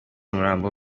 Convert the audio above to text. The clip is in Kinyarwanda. umurambo